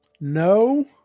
no